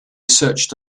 searched